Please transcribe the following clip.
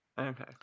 okay